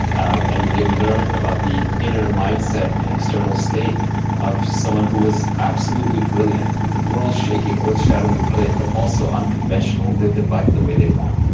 um and you can learn about the inner mindset and external state of someone who was absolutely brilliant, world shaking, earth shatteringly brilliant but also unconventional lived their life the way they want.